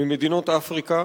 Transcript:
ממדינות אפריקה